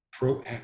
proactive